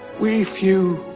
we few